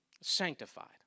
sanctified